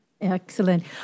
Excellent